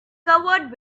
covered